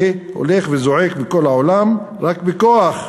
שהולך וזועק בכל העולם: רק בכוח.